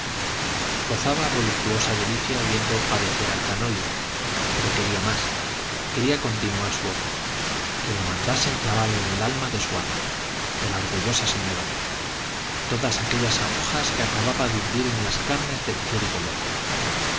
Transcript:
gozaba voluptuosa delicia viendo padecer al canónigo pero quería más quería continuar su obra que la mandasen clavar en el alma de su ama de la orgullosa señorona todas aquellas agujas que acababa de hundir en las carnes del clérigo loco